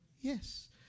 Yes